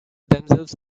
themselves